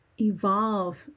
evolve